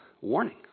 warning